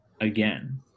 again